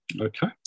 Okay